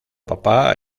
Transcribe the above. papá